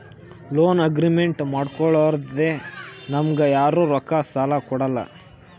loan agreement ಮಾಡ್ಕೊಲಾರ್ದೆ ನಮ್ಗ್ ಯಾರು ರೊಕ್ಕಾ ಸಾಲ ಕೊಡಲ್ಲ